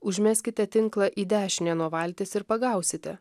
užmeskite tinklą į dešinę nuo valties ir pagausite